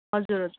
हजुर